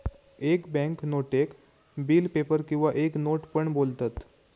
एक बॅन्क नोटेक bill paper किंवा एक नोट पण बोलतत